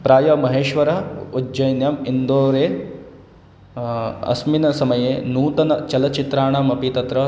प्रायः महेश्वरः उज्जैन्याम् इन्दोरे अस्मिन् समये नूतनचलच्चित्राणाम् अपि तत्र